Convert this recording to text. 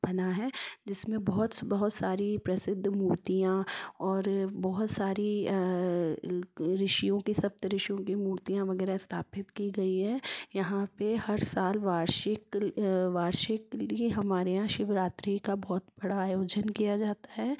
बना है जिसमें बहुत बहुत सारी प्रसिद्ध मूर्तियाँ और बहुत सारी ऋषियों के सप्त ऋषियों के मूर्तियाँ वगैरह स्थापित की गई है यहाँ पर हर साल वार्षिक वार्षिक यह हमारे यहाँ शिवरात्रि का बहुत बड़ा आयोजन किया जाता है